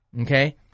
Okay